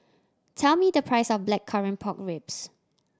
tell me the price of Blackcurrant Pork Ribs